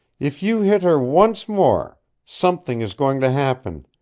if you hit her once more something is going to happen.